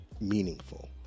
meaningful